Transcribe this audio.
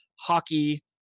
hockey